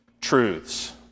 truths